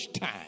time